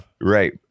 right